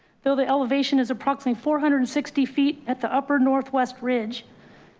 though the elevation is approximately four hundred and sixty feet at the upper northwest ridge.